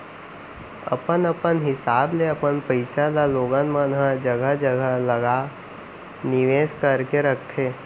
अपन अपन हिसाब ले अपन पइसा ल लोगन मन ह जघा जघा लगा निवेस करके रखथे